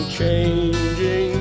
changing